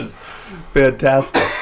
Fantastic